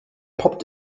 poppt